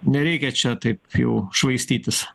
nereikia čia taip jau švaistytis